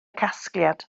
casgliad